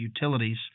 utilities